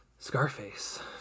Scarface